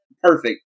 perfect